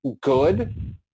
good